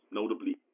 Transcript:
notably